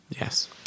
Yes